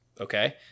Okay